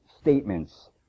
statements